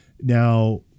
Now